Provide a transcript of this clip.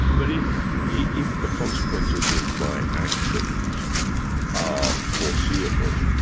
but if if the consequences of my actions are foreseeable,